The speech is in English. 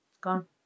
gone